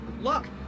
Look